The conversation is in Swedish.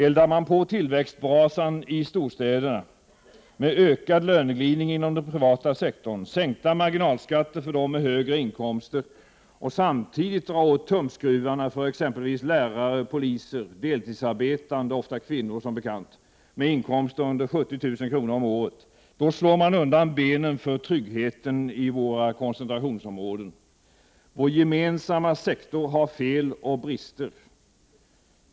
Eldar man på tillväxtbrasan i storstäderna med ökad löneglidning inom den privata sektorn, sänkta marginalskatter för dem med högre inkomster samtidigt som man drar åt tumskruvarna för exempelvis lärare och poliser, deltidsarbetande — ofta kvinnor som bekant — med inkomster under 70 000 kr. om året, då slår man undan benen för tryggheten i våra koncentrationsområden. Vår gemensamma sektor har fel och brister.